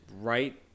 Right